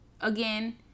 again